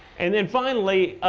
and then finally,